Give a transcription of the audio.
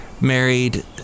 Married